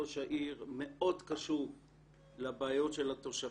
ראש העיר, מאוד קשוב לבעיות של התושבים,